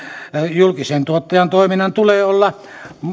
julkisen tuottajan toiminnan tulee olla